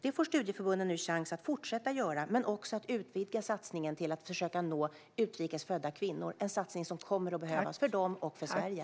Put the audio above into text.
Det får studieförbunden nu chans att fortsätta göra, men de får också möjlighet att utvidga satsningen till att försöka nå utrikesfödda kvinnor. Det är en satsning som kommer att behövas för dem och för Sverige.